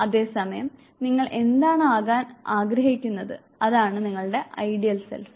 അതേസമയം നിങ്ങൾ എന്താണ് ആകാൻ ആഗ്രഹിക്കുന്നത് അതാണ് നിങ്ങളുടെ ഐഡിയൽ സെൽഫ്